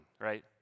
right